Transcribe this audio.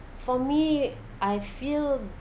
for me I feel